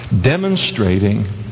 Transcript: demonstrating